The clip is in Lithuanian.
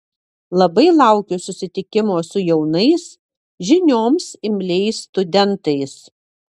labai laukiu susitikimo su jaunais žinioms imliais studentais